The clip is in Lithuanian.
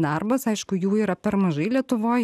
darbas aišku jų yra per mažai lietuvoj